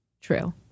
true